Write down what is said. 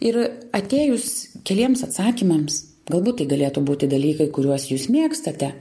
ir atėjus keliems atsakymams galbūt tai galėtų būti dalykai kuriuos jūs mėgstate